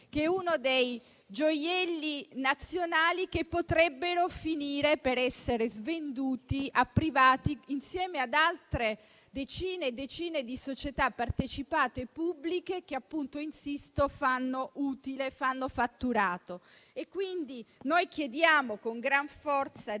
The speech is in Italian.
Thiene è uno dei gioielli nazionali che potrebbe finire per essere svenduto a privati, insieme ad altre decine e decine di società partecipate pubbliche, che - insisto - fanno utile e fatturato. Quindi, chiediamo con gran forza di